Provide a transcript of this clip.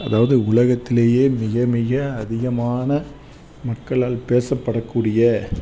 அதாவது உலகத்திலேயே மிக மிக அதிகமான மக்களால் பேசப்படக்கூடிய